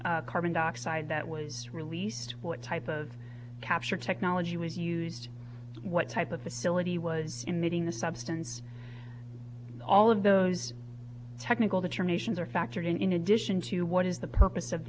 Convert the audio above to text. carbon dioxide that was released what type of capture technology was used what type of facility was emitting the substance all of those technical determinations are factored in in addition to what is the purpose of